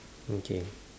okay